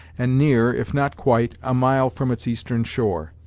and near, if not quite, a mile from its eastern shore.